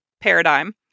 paradigm